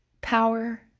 power